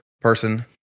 person